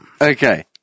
Okay